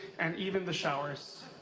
and even the showers.